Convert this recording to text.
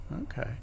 Okay